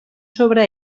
sobre